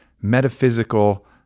metaphysical